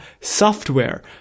software